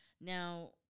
Now